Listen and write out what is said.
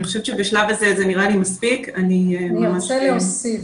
אני רוצה להוסיף.